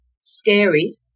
scary